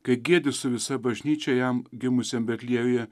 kai giedi su visa bažnyčia jam gimusiam betliejuje